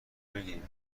بگیریم